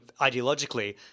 ideologically